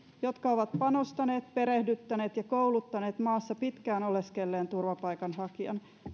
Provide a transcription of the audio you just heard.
jotka ovat panostaneet perehdyttäneet ja kouluttaneet maassa pitkään oleskelleen turvapaikanhakijan